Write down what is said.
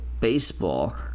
Baseball